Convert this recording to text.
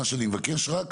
מה שאני מבקש רק,